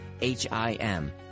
H-I-M